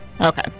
Okay